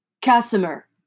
Casimir